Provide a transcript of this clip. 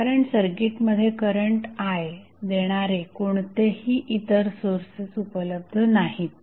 कारण सर्किटमध्ये current i देणारे कोणतेही इतर सोर्सेस उपलब्ध नाहीत